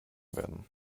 werden